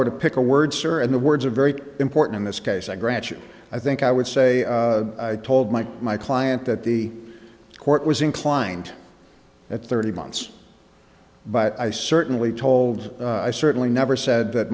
were to pick a word sir and the words are very important in this case i grant you i think i would say i told my my client that the court was inclined at thirty months but i certainly told i certainly never said that